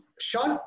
short